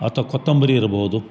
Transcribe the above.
ಅಥ್ವ ಕೊತ್ತಂಬರಿ ಇರ್ಬೋದು